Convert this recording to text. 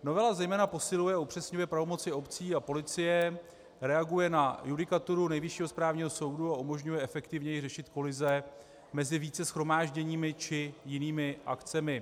Novela zejména posiluje a upřesňuje pravomoci obcí a policie, reaguje na judikaturu Nejvyššího správního soudu a umožňuje efektivněji řešit kolize mezi více shromážděními či jinými akcemi.